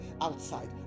outside